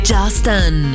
Justin